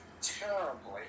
terribly